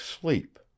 sleep